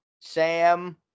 Sam